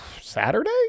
Saturday